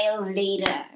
Later